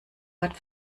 watt